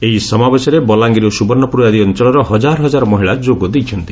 ଏହି ସମାବେଶରେ ବଲାଙ୍ଗୀର ଓ ସ୍ବବର୍ଷ୍ଡପ୍ରର ଆଦି ଅଞ୍ଞଳର ହଜାରହଜାର ମହିଳା ଯୋଗ ଦେଇଛନ୍ତି